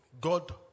God